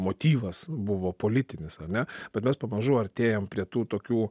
motyvas buvo politinis ar ne bet mes pamažu artėjam prie tų tokių